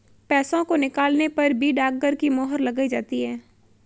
पैसों को निकालने पर भी डाकघर की मोहर लगाई जाती है